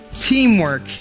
Teamwork